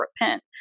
repent